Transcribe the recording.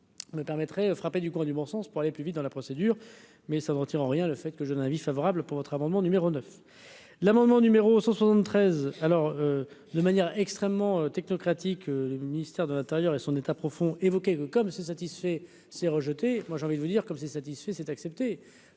Me permettrez frappée du coin du bon sens pour aller plus vite dans la procédure, mais ça ne retire en rien le fait que je donne un avis favorable pour votre amendement numéro 9 l'amendement numéro 173 alors de manière extrêmement technocratique, le ministère de l'Intérieur et son état profond évoquait une comme satisfait c'est moi j'ai envie de vous dire comme si satisfait, c'est accepter,